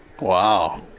Wow